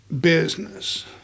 business